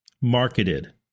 marketed